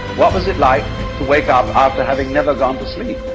what was it like to wake up after having never gone to sleep?